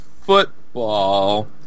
football